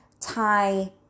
tie